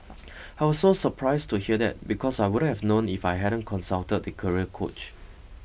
I was so surprised to hear that because I wouldn't have known if I hadn't consulted the career coach